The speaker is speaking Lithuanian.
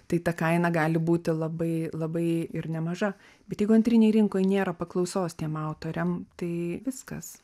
tai ta kaina gali būti labai labai ir nemaža bet jeigu antrinėj rinkoj nėra paklausos tiem autoriam tai viskas